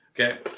Okay